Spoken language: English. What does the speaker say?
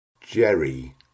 jerry